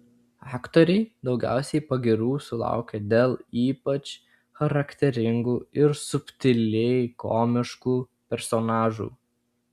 aktoriai daugiausiai pagyrų sulaukia dėl ypač charakteringų ir subtiliai komiškų personažų